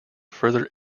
further